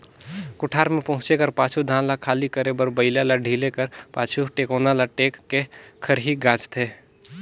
कोठार मे पहुचे कर पाछू धान ल खाली करे बर बइला ल ढिले कर पाछु, टेकोना ल टेक के खरही गाजथे